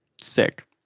Sick